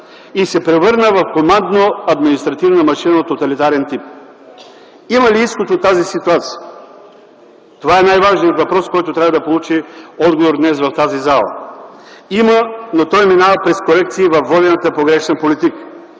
и се превърна в командно-административна машина от тоталитарен тип. Има ли изход от тази ситуация – това е най-важният въпрос, който днес трябва да получи отговор в тази зала. Има, но той минава през корекции във водената погрешна политика.